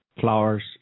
Flowers